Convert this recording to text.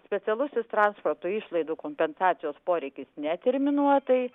specialusis transporto išlaidų kompensacijos poreikis neterminuotai